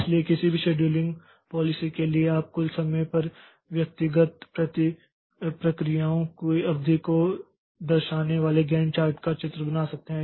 इसलिए किसी भी शेड्यूलिंग पॉलिसी के लिए आप कुल समय पर व्यक्तिगत प्रक्रियाओं की अवधि को दर्शाने वाले गैंट चार्ट का चित्र बना सकते हैं